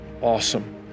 awesome